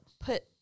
Put